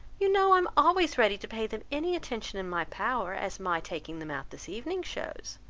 you know i am always ready to pay them any attention in my power, as my taking them out this evening shews.